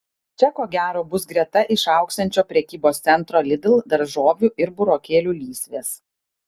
čia ko gero bus greta išaugsiančio prekybos centro lidl daržovių ir burokėlių lysvės